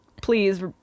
please